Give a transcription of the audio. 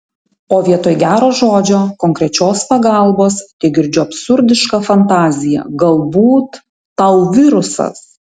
o vietoj gero žodžio konkrečios pagalbos tegirdžiu absurdišką fantaziją galbūt tau virusas